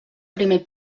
primer